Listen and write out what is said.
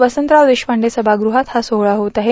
वसंतराव देशपांडे समागृहात हा सोख्ळा होत आहे